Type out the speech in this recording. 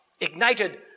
ignited